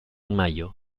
mayo